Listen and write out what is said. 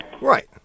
Right